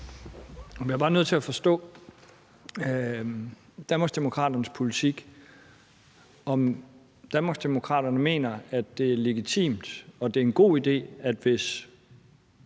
Jeg er bare nødt til at forstå Danmarksdemokraternes politik, altså om Danmarksdemokraterne mener, at det er legitimt og en god idé, hvis